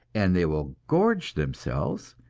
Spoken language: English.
and they will gorge themselves,